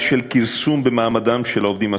של כרסום במעמדם של העובדים הסוציאליים,